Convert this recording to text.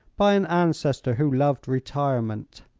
by an ancestor who loved retirement.